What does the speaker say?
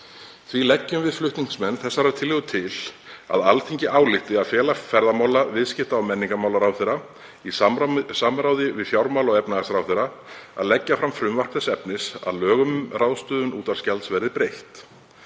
Því leggjum við flutningsmenn þessarar tillögu til að Alþingi álykti að fela ferðamála-, viðskipta- og menningarmálaráðherra í samráði við fjármála- og efnahagsráðherra, að leggja fram frumvarp þess efnis að lögum um ráðstöfun útvarpsgjalds verði breytt.